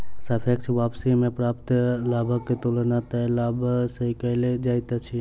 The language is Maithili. सापेक्ष वापसी में प्राप्त लाभक तुलना तय लाभ सॅ कएल जाइत अछि